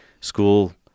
school